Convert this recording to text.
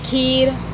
खीर